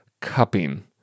cupping